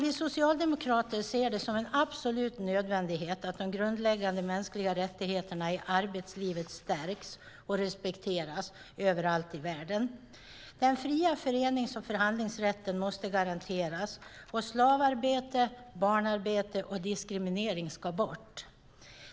Vi socialdemokrater ser det som en absolut nödvändighet att de grundläggande mänskliga rättigheterna i arbetslivet stärks och respekteras överallt i världen. Den fria förenings och förhandlingsrätten måste garanteras, och slavarbete, barnarbete och diskriminering ska bort.